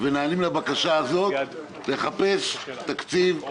ונענים לבקשה הזאת לחפש תקציב אמיתי?